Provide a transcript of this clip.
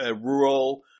rural